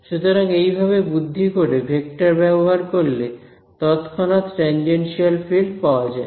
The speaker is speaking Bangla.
সুতরাং এইভাবে বুদ্ধি করে ভেক্টর ব্যবহার করলে তৎক্ষণাৎ টেনজেনশিয়াল ফিল্ড পাওয়া যায়